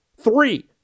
three